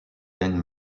gang